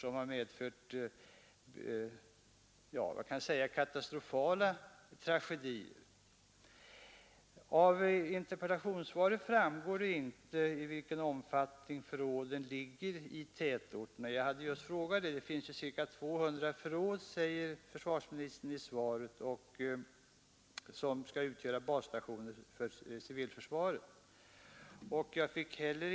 Det har förorsakat tragedier. Av interpellationssvaret framgår inte i vilken omfattning förrådslokaler ligger i tätorterna. Jag hade frågat om detta. Det finns ca 200 förråd för basstationer som civilförsvaret skall upprätta, säger försvarsministern i svaret.